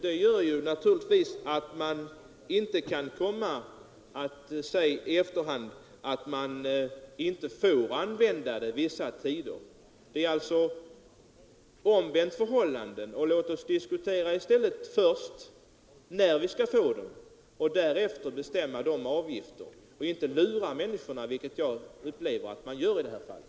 Då kan man inte komma i efterhand och säga att vi inte får använda fordonet vissa tider. Det borde vara ett omvänt förhållande. Först borde vi diskutera när man skall få använda fordonen och därefter bestämma avgifterna. Jag upplever att man lurar människorna i det här fallet.